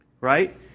right